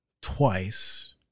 twice